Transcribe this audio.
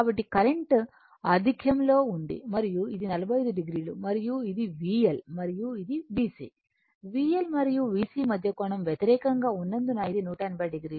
కాబట్టి కరెంట్ ఆధిక్యంలో ఉంది మరియు ఇది 45 o మరియు ఇది VL మరియు ఇది VC VL మరియు VC మధ్య కోణం వ్యతిరేకంగా ఉన్నందున ఇది 180 o అవుతుంది